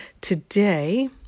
today